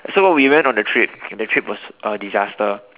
so when we went on the trip and the trip was a disaster